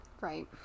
right